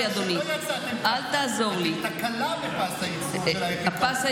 אני אפרש לך: תקלה בפס הייצור זה אומר שלא יצאתם ככה.